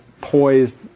poised